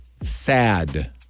sad